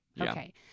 Okay